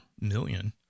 million